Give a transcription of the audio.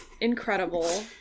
Incredible